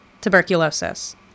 Tuberculosis